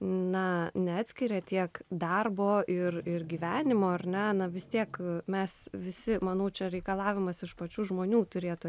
na neatskiria tiek darbo ir ir gyvenimo orleaną vis tiek mes visi manau čia reikalavimas iš pačių žmonių turėtų